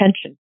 attention